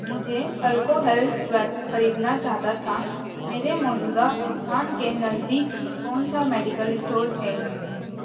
मुझे alcohol swab ख़रीदना चाहता था मेरे मौजूदा स्थान के नज़दीक कौन सा मेडिकल स्टोर है